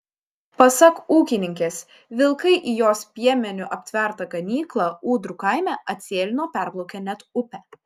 pasak ūkininkės vilkai į jos piemeniu aptvertą ganyklą ūdrų kaime atsėlino perplaukę net upę